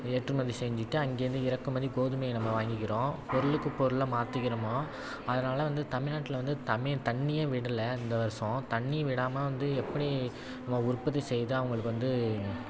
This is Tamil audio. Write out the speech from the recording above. ஏற்றுமதி செஞ்சிவிட்டு அங்கே இருந்து இறக்குமதி கோதுமையை நம்ம வாங்கிக்குறோம் பொருளுக்கு பொருளை மாற்றிக்குறமோ அதனால வந்து தமிழ்நாட்ல வந்து தமி தண்ணியே விடலை இந்த வருசம் தண்ணி விடாமல் வந்து எப்படி நம்ம உற்பத்தி செய்து அவங்களுக்கு வந்து